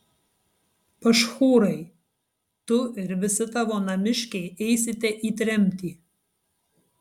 pašhūrai tu ir visi tavo namiškiai eisite į tremtį